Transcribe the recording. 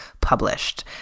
published